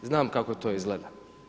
Znam kako to izgleda.